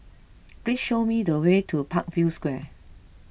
please show me the way to Parkview Square